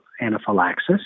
anaphylaxis